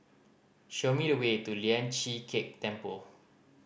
show me the way to Lian Chee Kek Temple